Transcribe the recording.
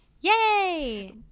Yay